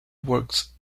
works